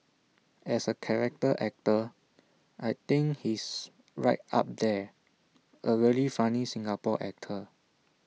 as A character actor I think he's right up there A really funny Singapore actor